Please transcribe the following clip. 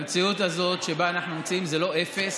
במציאות הזאת שבה אנחנו נמצאים, זה לא אפס,